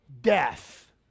death